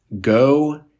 Go